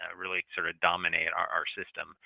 ah really sort of dominate our our system